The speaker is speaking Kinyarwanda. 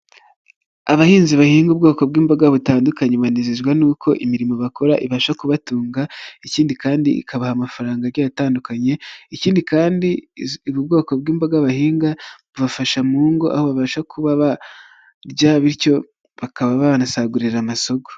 Abahinzi bahinga ubwoko bw'imboga butandukanye banezezwa n'uko imirimo bakora ibasha kubatunga, ikindi kandi ikabaha amafaranga agiye atandukanye, ikindi kandi ubwoko bw'imboga bahinga bubafasha mu ngo aho babasha kuba barya bityo bakaba banasagurira amasoko.